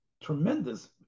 tremendous